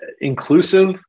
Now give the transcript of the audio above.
inclusive